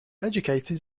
educated